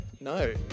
No